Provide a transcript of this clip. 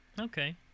Okay